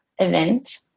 event